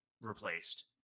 replaced